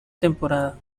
temporada